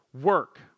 work